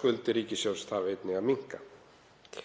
skuldir ríkissjóðs þarf einnig að minnka.